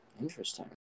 Interesting